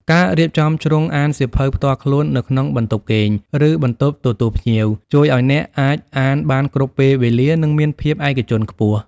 ការរៀបចំជ្រុងអានសៀវភៅផ្ទាល់ខ្លួននៅក្នុងបន្ទប់គេង ឬបន្ទប់ទទួលភ្ញៀវ ជួយឱ្យអ្នកអាចអានបានគ្រប់ពេលវេលា និងមានភាពឯកជនខ្ពស់។